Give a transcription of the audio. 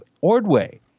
Ordway